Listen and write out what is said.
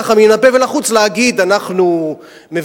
ככה מן הפה ולחוץ להגיד: אנחנו מברכים,